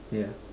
yeah